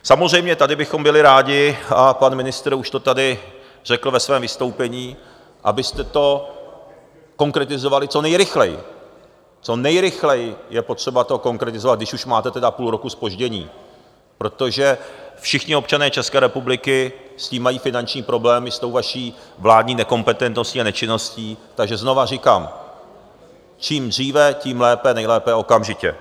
Samozřejmě tady bychom byli rádi, a pan ministr už to tady řekl ve svém vystoupení, abyste to konkretizovali co nejrychleji, co nejrychleji je potřeba to konkretizovat, když už máte tedy půl roku zpoždění, protože všichni občané České republiky s tím mají finanční problémy, s tou vaší vládní nekompetentností a nečinností, takže znovu říkám, čím dříve, tím lépe, nejlépe okamžitě.